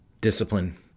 discipline